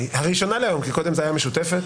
הראשונה להיום, כי קודם הייתה ישיבה משותפת